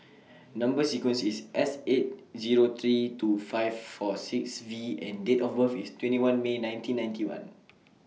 Number sequence IS S eight Zero three two five four six V and Date of birth IS twenty one May nineteen ninety one